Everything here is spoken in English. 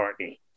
McCartney